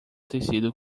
tecido